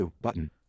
button